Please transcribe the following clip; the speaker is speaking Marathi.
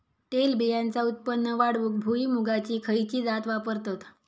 तेलबियांचा उत्पन्न वाढवूक भुईमूगाची खयची जात वापरतत?